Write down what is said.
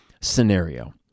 scenario